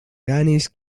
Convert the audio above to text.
ganes